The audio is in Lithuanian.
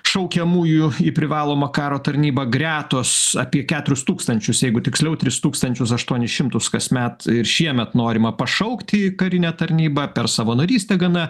šaukiamųjų į privalomą karo tarnybą gretos apie keturis tūkstančius jeigu tiksliau tris tūkstančius aštuonis šimtus kasmet ir šiemet norima pašaukti į karinę tarnybą per savanorystę gana